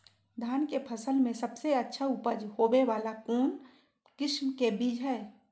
धान के फसल में सबसे अच्छा उपज होबे वाला कौन किस्म के बीज हय?